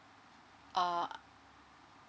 err